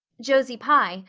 josie pye,